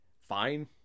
fine